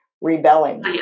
rebelling